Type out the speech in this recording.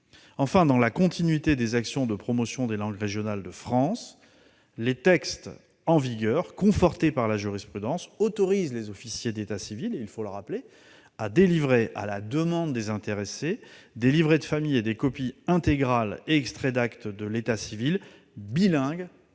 Enfin, dans la continuité des actions de promotion des langues régionales de France, les textes en vigueur, confortés par la jurisprudence, autorisent les officiers de l'état civil à délivrer, sur la demande des intéressés, des livrets de famille et des copies intégrales et extraits d'actes de l'état civil bilingues